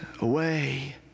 away